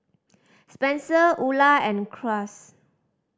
Spenser Ula and Cruz